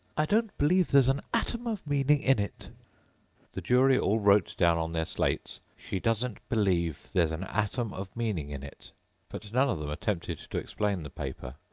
i don't believe there's an atom of meaning in it the jury all wrote down on their slates, she doesn't believe there's an atom of meaning in it but none of them attempted to explain the paper.